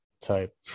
type